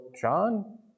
John